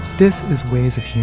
this is ways of hearing.